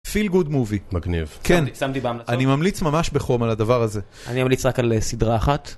פיל גוד מובי - מגניב - כן - שמתי בהמלצות - אני ממליץ ממש בחום על הדבר הזה. - אני אמליץ רק על סדרה אחת